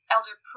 Elder